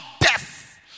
death